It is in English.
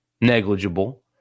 negligible